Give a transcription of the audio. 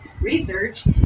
research